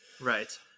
Right